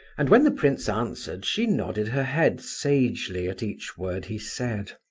and when the prince answered she nodded her head sagely at each word he said.